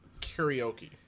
Karaoke